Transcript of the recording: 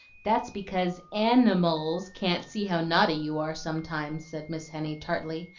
that's because an-i-mals can't see how naughty you are sometimes, said miss henny tartly,